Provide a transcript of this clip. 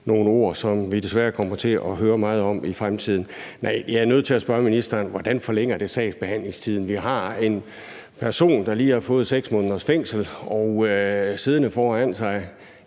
nogle ord, som vi desværre kommer til at høre meget om i fremtiden. Nej, jeg er nødt til at spørge ministeren: Hvordan forlænger det sagsbehandlingstiden? Vi har en person, der lige har fået 6 måneders fængsel, siddende foran